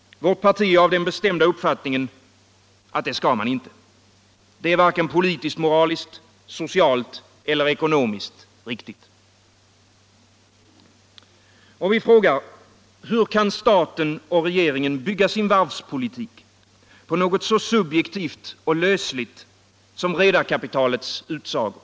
Vårt parti är av den bestämda uppfattningen att det skall man inte göra. Det är varken politiskt-moraliskt, socialt eller ekonomiskt riktigt. Och vi frågar: Hur kan staten och regeringen bygga sin varvspolitik på något så subjektivt och lösligt som redarkapitalets utsagor?